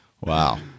Wow